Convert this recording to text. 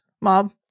mob